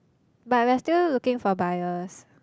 but we're still looking for buyers